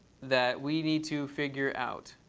that we need to figure out.